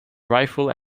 rifle